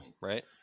right